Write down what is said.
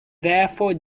therefore